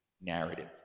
narrative